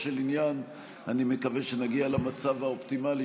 אני חוזר כדי שיהיה רשום בפרוטוקול.